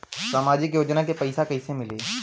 सामाजिक योजना के पैसा कइसे मिली?